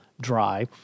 dry